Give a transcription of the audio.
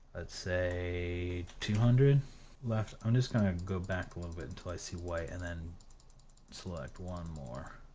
let's say two hundred left i'm just gonna go back a little bit until i see white and then select one more.